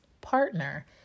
partner